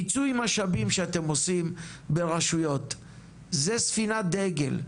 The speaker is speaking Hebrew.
מיצוי משאבים שאתם עושים ברשויות זה ספינת דגל,